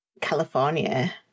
California